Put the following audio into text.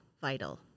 vital